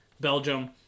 Belgium